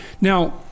now